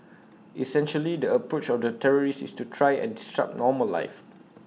essentially the approach of the terrorists is to try and disrupt normal life